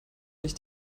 nicht